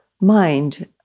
mind